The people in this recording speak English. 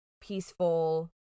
peaceful